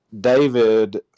David